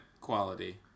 quality